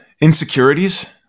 insecurities